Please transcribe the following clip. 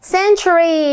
Century